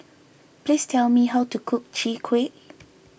please tell me how to cook Chwee Kueh